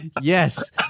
Yes